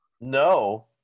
No